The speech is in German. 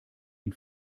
ihn